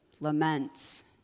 laments